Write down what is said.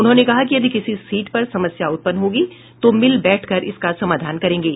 उन्होंने कहा कि यदि किसी सीट पर समस्या उत्पन्न होगी तो मिल बैठकर इसका समाधान करेंगे